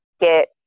get